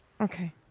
okay